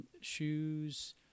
Shoes